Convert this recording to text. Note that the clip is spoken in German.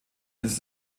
ist